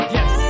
Yes